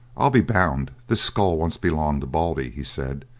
i'll be bound this skull once belonged to baldy, he said.